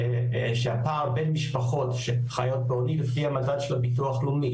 שהפער בין משפחות שחיות בעוני לפי המדד של הביטוח הלאומי,